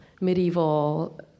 medieval